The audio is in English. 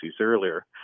earlier